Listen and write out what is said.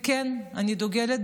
כן, אני דוגלת